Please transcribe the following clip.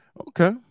Okay